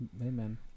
Amen